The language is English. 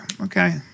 Okay